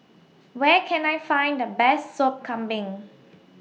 Where Can I Find The Best Sop Kambing